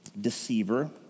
deceiver